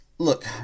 Look